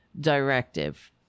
directive